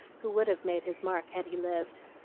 who would have made his mark had he lived.